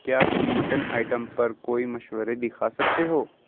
کیا تم mutton item پر کوئی مشورے دکھا سکتے ہو